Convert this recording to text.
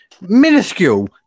minuscule